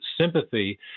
sympathy